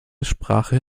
sprache